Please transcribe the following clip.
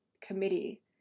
committee